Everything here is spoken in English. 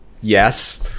yes